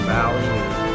Valley